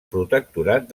protectorat